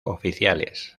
oficiales